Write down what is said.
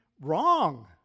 wrong